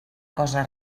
cosa